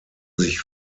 sich